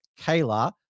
Kayla